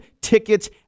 tickets